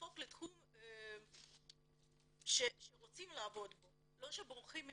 יהפוך לתחום שרוצים לעבוד בו, לא שבורחים ממנו.